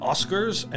Oscars